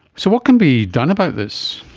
so what can be done about this?